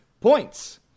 points